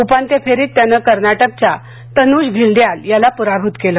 उपांत्य फेरीत त्यानं कर्नाटकच्या तनुष घिल्डयाल याला पराभुत केलं